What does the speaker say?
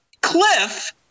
Cliff